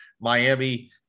Miami